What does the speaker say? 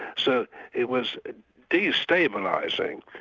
so it was destabilising,